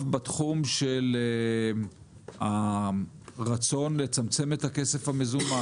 בתחום של הרצון לצמצם את הכסף המזומן.